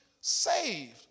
saved